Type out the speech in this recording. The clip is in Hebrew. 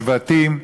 שבטים,